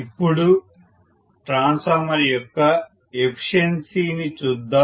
ఇప్పుడు ట్రాన్స్ఫార్మర్ యొక్క ఎఫిషియన్సీని చూద్దాం